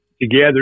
together